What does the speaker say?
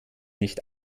nicht